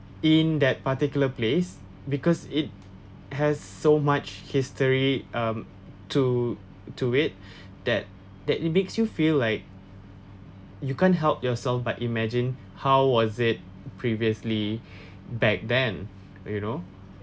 in that particular place because it has so much history um to to it that that it makes you feel like you can't help yourself but imagine how was it previously back then you know